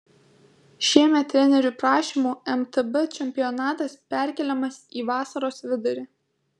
šiemet trenerių prašymų mtb čempionatas perkeliamas į vasaros vidurį